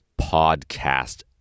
podcast